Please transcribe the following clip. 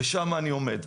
ושם אני עומד.